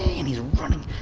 and he's running,